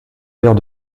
père